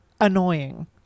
annoying